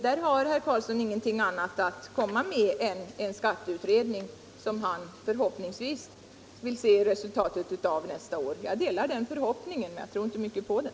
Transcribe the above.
Där har herr Karlsson ingenting annat att komma med än skatteutredningen som han förhoppningsvis vill se resultat av nästa år. Jag delar den förhoppningen, men jag tror inte mycket på den.